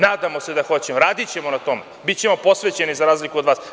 Nadamo se da hoće, radićemo na tome, bićemo posvećeni, za razliku od vas.